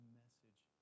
message